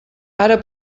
ara